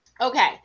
Okay